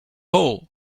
hole